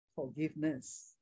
forgiveness